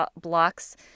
blocks